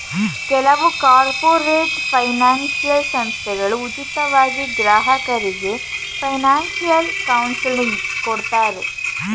ಕೆಲವು corporate financial ಸಂಸ್ಥೆಗಳು ಉಚಿತವಾಗಿ ಗ್ರಾಹಕರಿಗೆ ಫೈನಾನ್ಸಿಯಲ್ ಕೌನ್ಸಿಲಿಂಗ್ ಕೊಡ್ತಾರೆ